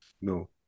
No